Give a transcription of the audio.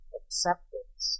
acceptance